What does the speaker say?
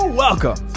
welcome